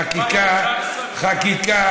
חקיקה